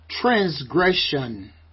Transgression